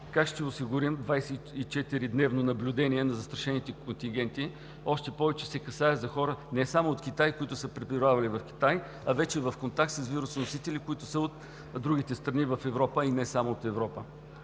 как ще осигурим 24-дневно наблюдение на застрашените контингенти? Още повече се касае за хора не само от Китай, които са пребивавали в Китай, а вече в контакт с вирусоносители, които са от другите страни в Европа, а и не само в Европа.